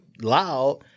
loud